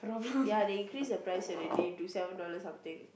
ya they increase the price already to seven dollar something